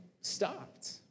stopped